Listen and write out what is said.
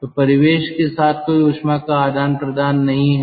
तो परिवेश के साथ कोई ऊष्मा का आदान प्रदान नहीं है